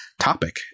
topic